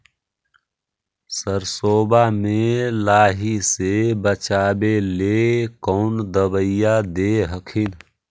सरसोबा मे लाहि से बाचबे ले कौन दबइया दे हखिन?